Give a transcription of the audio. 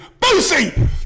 Boosie